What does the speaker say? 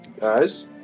Guys